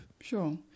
Sure